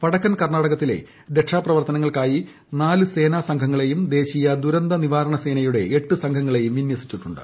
വടക്കൻ ക്കർണാടകയിലെ രക്ഷാ പ്രവർത്തനങ്ങൾ ക്കായി നാലു സേനാ സം ്ഘങ്ങളെയും ദേശീയ ദുരന്തനിവാരണ സേനയുടെ എട്ട് സംഘങ്ങളെയും വിനൃസിച്ചിട്ടുണ്ട്